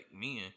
men